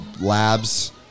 Labs